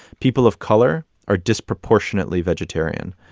people of color are disproportionately vegetarian.